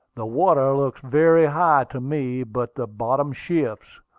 the water looks very high to me, but the bottom shifts.